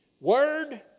Word